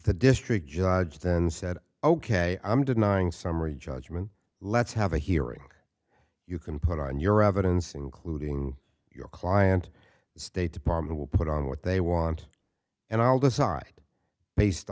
the district judge then said ok i'm denying summary judgment let's have a hearing you can put on your evidence including your client state department will put on what they want and i'll decide based